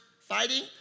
fighting